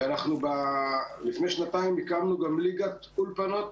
אנחנו לפני שנתיים גם הקמנו ליגת אולפנות